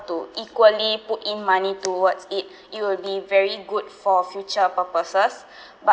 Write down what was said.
to equally put in money towards it it will be very good for future purposes but